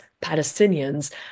Palestinians